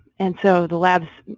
and so the labs.